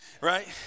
right